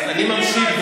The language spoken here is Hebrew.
אז אני ממשיך,